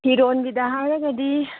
ꯐꯤꯔꯣꯟꯒꯤꯗ ꯍꯥꯏꯔꯒꯗꯤ